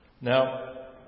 Now